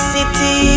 City